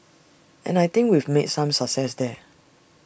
and I think we've made some success there